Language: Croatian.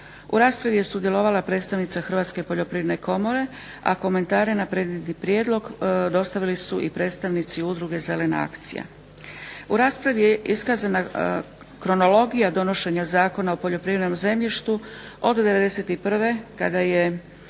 U raspravi je sudjelovala predsjednica Hrvatske poljoprivredne komore a komentare na predmetni prijedlog dostavili su i predstavnici Udruge Zelena akcija. U raspravi je iskazana kronologija donošenja Zakona o poljoprivrednom zemljištu od 91. kada je